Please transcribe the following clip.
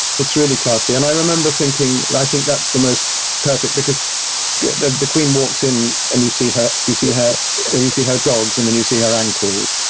it's really classy, and i remember thinking, i think that's the most perfect, because the the queen walks in and you see her, you see her you see her dogs, and then you see her ankles,